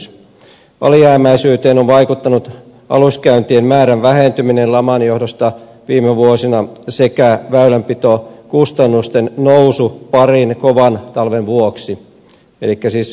alijäämäisyyteen on vaikuttanut aluskäyntien määrän vähentyminen laman johdosta viime vuosina sekä väylänpitokustannusten nousu parin kovan talven vuoksi elikkä siis muutamana talvena